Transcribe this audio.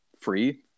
free